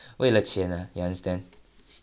为了钱 ah you understand